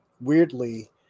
weirdly